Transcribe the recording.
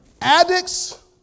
addicts